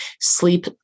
sleep